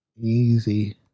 Easy